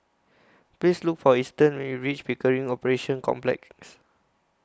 Please Look For Easton when YOU REACH Pickering Operations Complex